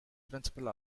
principle